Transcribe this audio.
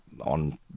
on